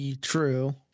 true